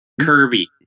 Kirby